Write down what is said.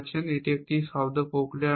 এটি একটি শব্দ প্রক্রিয়া নয়